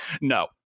No